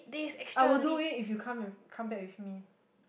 I will do it if you come and come back with me